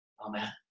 Amen